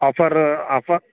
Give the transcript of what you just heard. offer offer